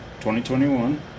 2021